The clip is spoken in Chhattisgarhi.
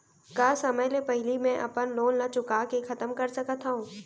का समय ले पहिली में अपन लोन ला चुका के खतम कर सकत हव?